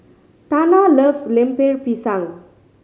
Tana loves Lemper Pisang